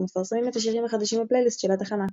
ומפרסמים את השירים החדשים בפלייליסט של התחנה.